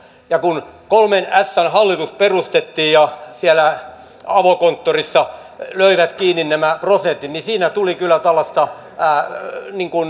ja kun kolmen ässän hallitus perustettiin ja siellä avokonttorissa he löivät kiinni nämä prosentit niin siinä tuli kyllä tällaista niin kuin virhettä